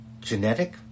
genetic